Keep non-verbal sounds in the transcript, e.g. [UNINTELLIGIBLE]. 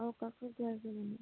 [UNINTELLIGIBLE]